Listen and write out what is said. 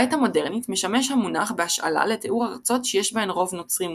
בעת המודרנית משמש המונח בהשאלה לתיאור ארצות שיש בהן רוב נוצרי מובהק.